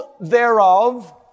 thereof